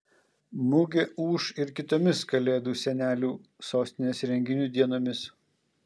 mugė ūš ir kitomis kalėdų senelių sostinės renginių dienomis